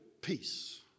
peace